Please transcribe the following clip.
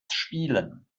spielen